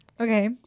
Okay